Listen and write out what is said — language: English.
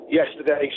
yesterday